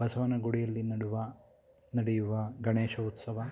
ಬಸವನಗುಡಿಯಲ್ಲಿ ನಡುವ ನಡೆಯುವ ಗಣೇಶೋತ್ಸವ